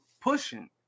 pushing